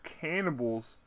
cannibals